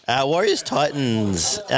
Warriors-Titans